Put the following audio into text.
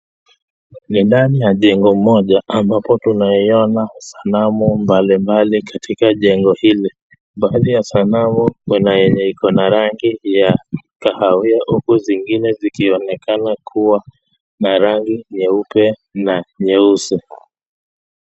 Ni ndani ya jengo moja, ambapo tunaiona sanamu mbalimbali katika jengo hili ,mmoja ya sanamu kuna yenye iko na rangi ya kahawia, huku zengine zikionekana kuwa na rangi nyeupe na nyeusi.